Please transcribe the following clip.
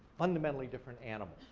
fundamentally different animal.